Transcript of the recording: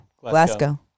Glasgow